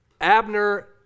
Abner